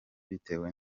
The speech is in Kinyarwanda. bitewe